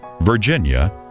Virginia